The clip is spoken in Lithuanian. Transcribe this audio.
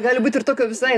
gali būti ir tokio visai